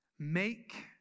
Make